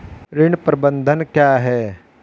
ऋण प्रबंधन क्या है?